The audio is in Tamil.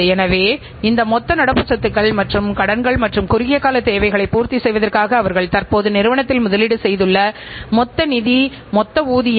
உற்பத்தித்திறன் என்பது உள்ளீடு மற்றும் வெளியீடுகளின் விகிதமாகும் அல்லது உள்ளீட்டுக்கான வெளியீடு எனவும் நீங்கள் அழைக்கலாம்